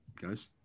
guys